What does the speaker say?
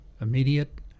immediate